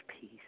peace